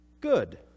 Good